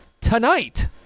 Tonight